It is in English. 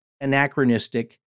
anachronistic